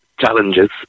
challenges